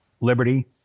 Liberty